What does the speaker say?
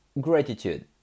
gratitude